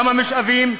כמה משאבים,